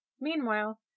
meanwhile